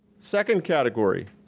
second category.